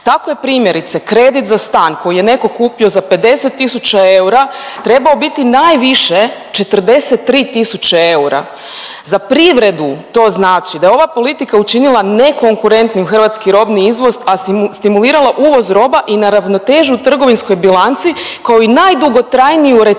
Tako je primjerice kredit za stan koji je neko kupio za 50.000 eura trebao biti najviše 43.000, za privredu to znači da je ova politika učinila nekonkurentnim hrvatski robni izvoz, a stimulirala uvoz roba i na ravnotežu u trgovinskoj bilanci kao i najdugotrajniju recesiju